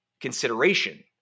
consideration